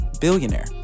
Billionaire